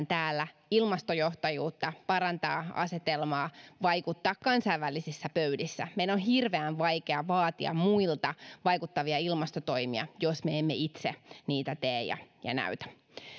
täällä ilmastojohtajuutta parantaa asetelmaa vaikuttaa kansainvälisissä pöydissä meidän on hirveän vaikea vaatia muilta vaikuttavia ilmastotoimia jos me emme itse niitä tee ja ja näytä